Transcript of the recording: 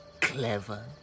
Clever